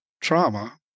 trauma